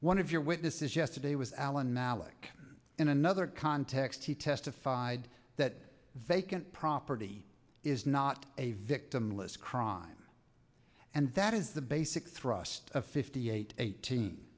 one of your witnesses yesterday was alan malik in another context he testified that vacant property is not a victimless crime and that is the basic thrust of fifty eight eighteen